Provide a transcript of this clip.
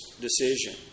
decision